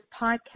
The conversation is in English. podcast